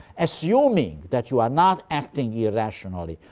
assuming that you are not acting irrationally,